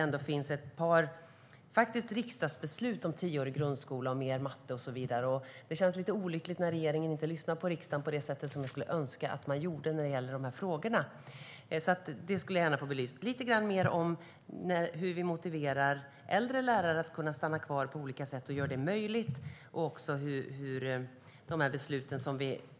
Sedan finns det ett par riksdagsbeslut om tioårig grundskola, mer matte och så vidare. Det känns lite olyckligt när regeringen inte lyssnar på riksdagen på det sättet som jag skulle önska att man gjorde när det gäller de här frågorna. Det skulle jag gärna också vilja ha belyst. Jag skulle alltså vilja höra lite mer om hur vi motiverar och gör det möjligt för äldre lärare att stanna kvar samt få en kommentar till besluten från riksdagen.